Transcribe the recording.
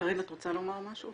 קארין, את רוצה לומר משהו?